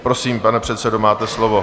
Prosím, pane předsedo, máte slovo.